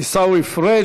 עיסאווי פריג'.